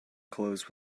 clothes